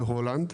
בהולנד,